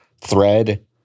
thread